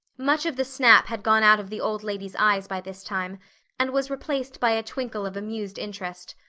much of the snap had gone out of the old lady's eyes by this time and was replaced by a twinkle of amused interest.